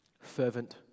fervent